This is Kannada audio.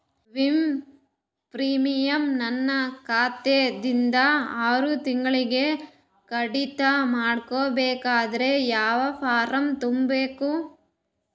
ವಿಮಾ ಪ್ರೀಮಿಯಂ ನನ್ನ ಖಾತಾ ದಿಂದ ಆರು ತಿಂಗಳಗೆ ಕಡಿತ ಮಾಡಬೇಕಾದರೆ ಯಾವ ಫಾರಂ ತುಂಬಬೇಕು?